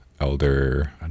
elder